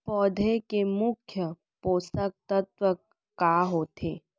पौधे के मुख्य पोसक तत्व का होथे?